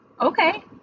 Okay